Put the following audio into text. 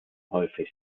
häufig